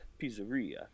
pizzeria